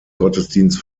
gottesdienst